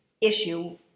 issue